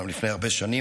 אומנם לפני הרבה שנים,